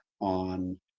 on